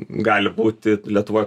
gali būti lietuvoj